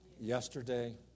Yesterday